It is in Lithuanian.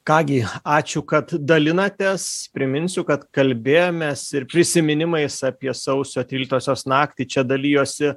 ką gi ačiū kad dalinatės priminsiu kad kalbėjomės ir prisiminimais apie sausio tryliktosios naktį čia dalijosi